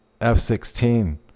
F-16